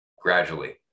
gradually